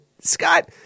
Scott